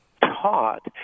taught